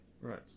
Right